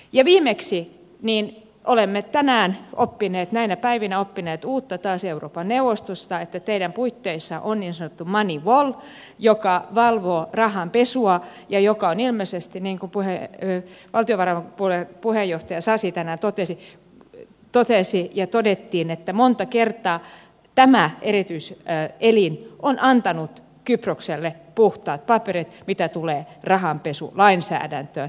ja viimeksi tänään näinä päivinä olemme oppineet uutta taas euroopan neuvostosta että teidän puitteissanne on niin sanottu moneyval joka valvoo rahanpesua ja joka on ilmeisesti niin kuin valtiovarainvaliokunnan puheenjohtaja sasi tänään totesi ja todettiin monta kertaa tämä erityiselin antanut kyprokselle puhtaat paperit mitä tulee rahanpesulainsäädäntöön